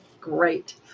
Great